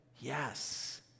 Yes